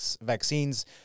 vaccines